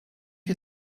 you